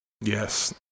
Yes